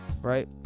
right